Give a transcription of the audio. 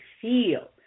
feel